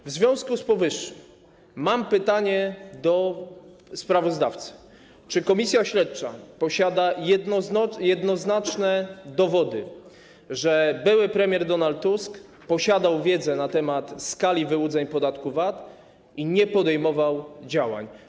W związku z tym mam pytanie do sprawozdawcy: Czy komisja śledcza ma jednoznaczne dowody, że były premier Donald Tusk posiadał wiedzę na temat skali wyłudzeń podatku VAT i nie podejmował działań?